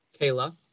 Kayla